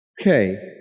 Okay